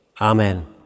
Amen